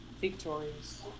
victorious